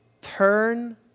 Turn